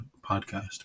podcast